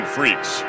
Freaks